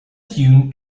tune